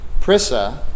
Prissa